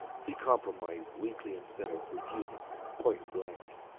he compromised weakly instead of refusing point-blank,